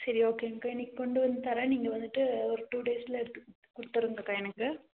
சரி ஓகேங்கக்கா இன்றைக்கி கொண்டு வந்து தரேன் நீங்கள் வந்துட்டு ஒரு டூ டேஸ்சில் கொடுத்துடுங்கக்கா எனக்கு